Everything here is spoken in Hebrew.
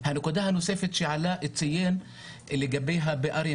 הנקודה הנוספת שעלא ציין לגבי הפערים